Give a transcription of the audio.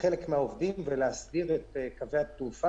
חלק מהעובדים ולהסדיר את קווי תעופה,